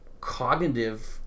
cognitive